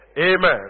Amen